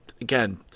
again